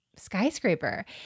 skyscraper